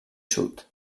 sud